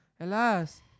Alas